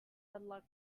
peddler